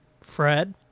Fred